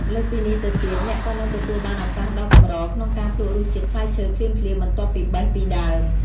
លើសពីនេះទៅទៀត អ្នកក៏នឹងទទួលបានឱកាសដ៏កម្រក្នុងការភ្លក្សរសជាតិផ្លែឈើភ្លាមៗបន្ទាប់ពីបេះពីដើម។